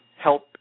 help